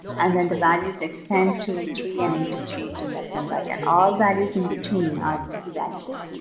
and then the values extend to three and negative three, to left and right, and all values in between are z-values.